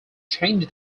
changed